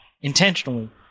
intentionally